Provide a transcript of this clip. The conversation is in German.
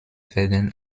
werden